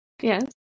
yes